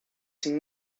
cinc